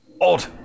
odd